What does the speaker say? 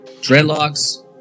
dreadlocks